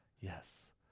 Yes